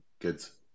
kids